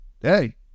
Hey